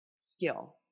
skill